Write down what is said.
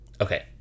Okay